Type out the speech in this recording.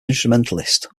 instrumentalist